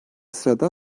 sırada